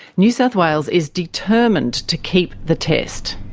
new south wales is determined to keep the test.